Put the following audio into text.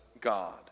God